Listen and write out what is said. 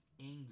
anger